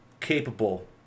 capable